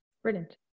Brilliant